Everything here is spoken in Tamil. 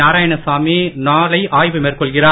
நாராயணசாமி நாளை ஆய்வு மேற்கொள்கிறார்